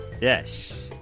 Yes